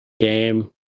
Game